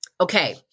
Okay